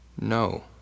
No